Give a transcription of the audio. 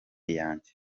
yanjye